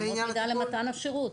אמות מידה למתן השירות,